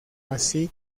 así